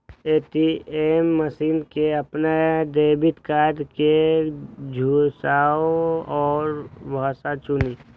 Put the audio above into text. ATM machine मे अपन debit card कें घुसाउ आ भाषा चुनू